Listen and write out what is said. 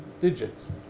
digits